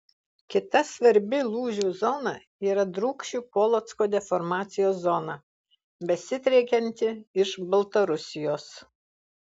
kita svarbi lūžių zona yra drūkšių polocko deformacijos zona besidriekianti iš baltarusijos